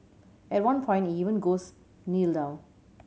at one point he even goes Kneel down